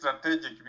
strategic